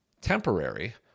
temporary